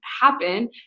happen